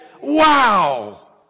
wow